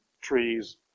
trees